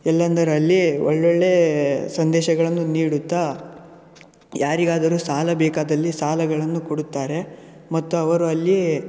ಎಲ್ಲೆಂದರಲ್ಲಿ ಒಳ್ಳೊಳ್ಳೆಯ ಸಂದೇಶಗಳನ್ನು ನೀಡುತ್ತಾ ಯಾರಿಗಾದರೂ ಸಾಲ ಬೇಕಾದಲ್ಲಿ ಸಾಲಗಳನ್ನು ಕೊಡುತ್ತಾರೆ ಮತ್ತು ಅವರು ಅಲ್ಲಿ